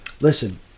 listen